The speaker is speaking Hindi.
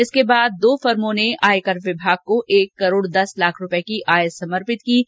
इसके बाद दो फर्मों ने आयंकर विभाग को एक करोड दस लाख रूपए की आय समर्पित की है